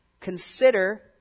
Consider